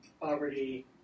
poverty